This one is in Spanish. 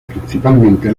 principalmente